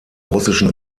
russischen